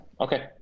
Okay